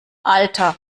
alter